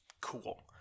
cool